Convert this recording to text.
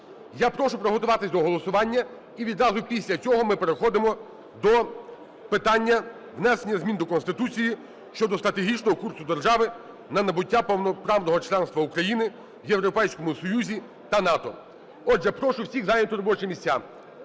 Я прошу приготуватись до голосування. І відразу після цього ми переходимо до питання внесення змін до Конституції щодо стратегічного курсу держави на набуття повноправного членства України в Європейському Союзі та НАТО. Отже, прошу всіх зайняти робочі місця.